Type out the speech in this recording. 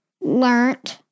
learned